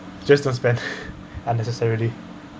just don't spend unnecessarily